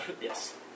yes